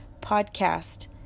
Podcast